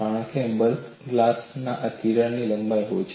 કારણ કે બલ્ક ગ્લાસમાં આ તિરાડ લંબાઈ હોય છે